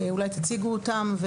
אולי תציגו אותם.